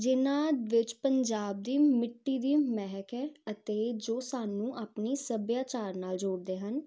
ਜਿਹਨਾਂ ਵਿੱਚ ਪੰਜਾਬ ਦੀ ਮਿੱਟੀ ਦੀ ਮਹਿਕ ਹੈ ਅਤੇ ਜੋ ਸਾਨੂੰ ਆਪਣੇ ਸੱਭਿਆਚਾਰ ਨਾਲ ਜੋੜਦੇ ਹਨ